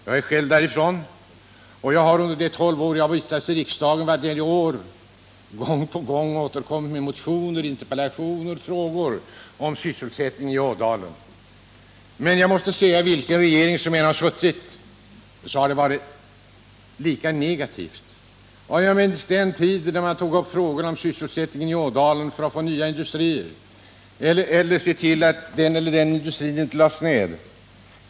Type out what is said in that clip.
Jag är själv därifrån och har under de tolv år jag vistats i riksdagen gång på gång återkommit med motioner, interpellationer och frågor om sysselsättningen i Ådalen. Men jag måste säga att vilken regering som än har suttit har det varit lika negativt. Jag minns den tid då vi tog upp frågan om sysselsättningen i Ådalen för att få dit nya industrier, eller för att se till att den eller den industrin inte lades ner.